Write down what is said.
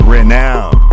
Renowned